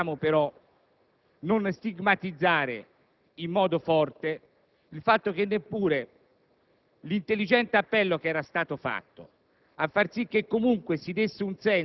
dall'altro, però, non possiamo non stigmatizzare in modo forte il fatto che neppure l'intelligente appello che era stato rivolto